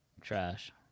trash